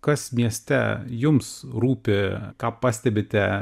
kas mieste jums rūpi ką pastebite